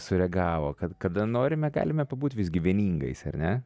sureagavo kad kada norime galime pabūt visgi vieningais ar ne